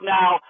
now